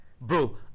bro